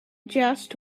just